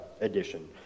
edition